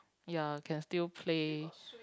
ya can still play